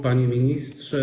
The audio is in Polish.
Panie Ministrze!